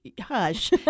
Hush